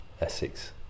Essex